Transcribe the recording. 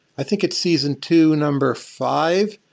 i think it's season two, number five.